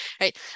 right